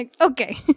okay